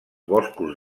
boscos